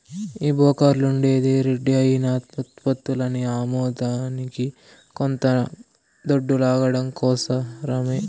ఈ బోకర్లుండేదే రెడీ అయిన ఉత్పత్తులని అమ్మేదానికి కొంత దొడ్డు లాగడం కోసరమే